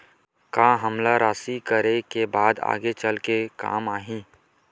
का हमला राशि करे के बाद आगे चल के काम आही?